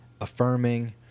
affirming